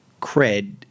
cred